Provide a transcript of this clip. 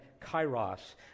kairos